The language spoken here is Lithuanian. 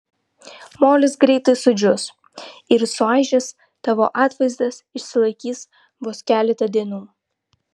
molis greitai sudžius ir suaižęs tavo atvaizdas išsilaikys vos keletą dienų